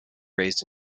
raised